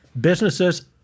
businesses